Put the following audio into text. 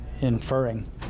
inferring